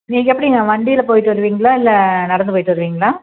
நீங்கள் எப்படிங்க வண்டியில் போயிட்டு வருவீங்களா இல்லை நடந்து போயிட்டு வருவீங்களா